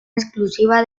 exclusiva